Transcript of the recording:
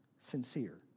Sincere